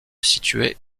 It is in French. située